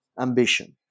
ambition